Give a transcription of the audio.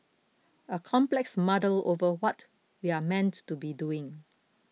a complex muddle over what we're meant to be doing